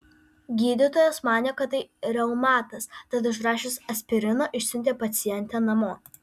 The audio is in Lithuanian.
gydytojas manė kad tai reumatas tad išrašęs aspirino išsiuntė pacientę namo